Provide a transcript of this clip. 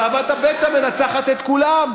תאוות הבצע מנצחת את כולם.